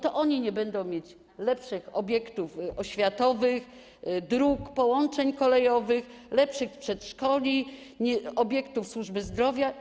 To oni nie będą mieć lepszych obiektów oświatowych, dróg, połączeń kolejowych, lepszych przedszkoli, obiektów służby zdrowia.